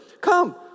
Come